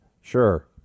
sure